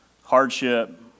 hardship